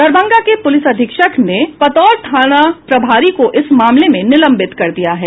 दरभंगा के पुलिस अधीक्षक ने पतोर थाना प्रभारी को इस मामले में निलंबित कर दिया है